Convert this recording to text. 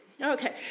Okay